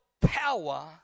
power